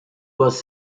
was